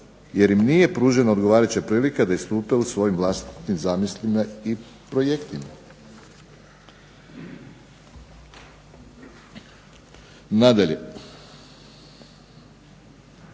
jer im nije pružena odgovarajuća prilika da ... u svojim vlastitim zamislima i projektima. Nadalje,